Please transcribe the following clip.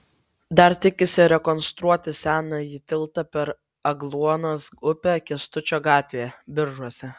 dar tikisi rekonstruoti senąjį tiltą per agluonos upę kęstučio gatvėje biržuose